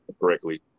correctly